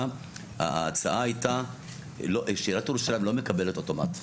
ההצעה הייתה שעיריית ירושלים לא מקבלת אוטומט.